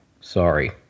Sorry